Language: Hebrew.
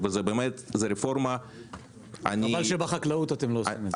וזאת באמת הרפורמה -- חבל שבחקלאות אתם לא עושים את זה.